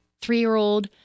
three-year-old